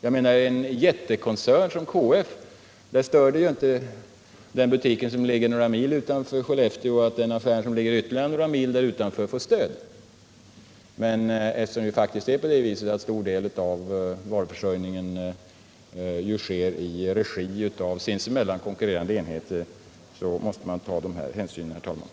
I en jättekoncern som KF stör det ju inte om en butik som ligger några mil utanför Skellefteå inte får stöd, medan en affär som ligger ytterligare någon mil bort från staden får stöd. Men eftersom en stor del av varuförsörjningen faktiskt sker i regi av sinsemellan konkurrerande enheter, måste man ta dessa hänsyn, herr talman.